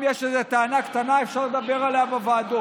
אם יש איזו טענה קטנה, אפשר לדבר עליה בוועדות.